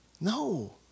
No